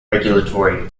regulatory